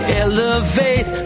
elevate